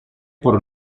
por